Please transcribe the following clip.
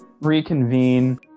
reconvene